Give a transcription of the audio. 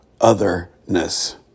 otherness